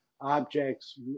objects